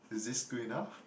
is this good enough